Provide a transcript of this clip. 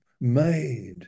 made